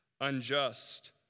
unjust